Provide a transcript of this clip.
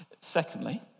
secondly